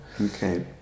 Okay